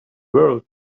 world